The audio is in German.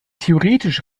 theoretisch